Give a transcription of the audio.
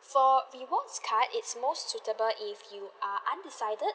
for rewards card it's more suitable if you are undecided